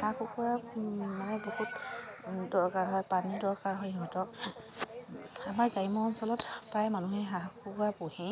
হাঁহ কুকুৰা মানে বহুত দৰকাৰ হয় পানী দৰকাৰ হয় ইহঁতক আমাৰ গ্ৰাম্য অঞ্চলত প্ৰায় মানুহে হাঁহ কুকুৰা পুহি